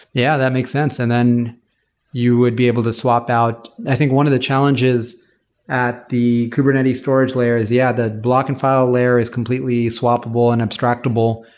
yeah, that makes sense. and then you would be able to swap out. i think one of the challenges at the kubernetes storage layer is, yeah, the block and file layer is completely swappable and extractable.